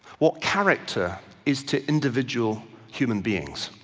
what character is to individual human beings.